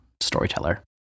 storyteller